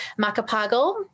Macapagal